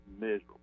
miserable